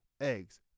eggs